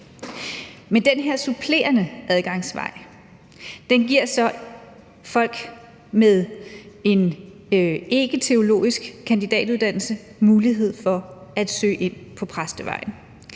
Men den her supplerende adgangsvej giver så folk med en ikketeologisk kandidatuddannelse mulighed for at søge præstevejen.